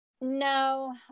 no